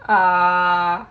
uh